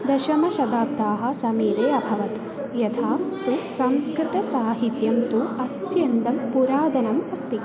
दशमशताब्देः समीपे अभवत् यथा तु संस्कृतसाहित्यं तु अत्यन्तं पुरातनम् अस्ति